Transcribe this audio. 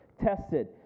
tested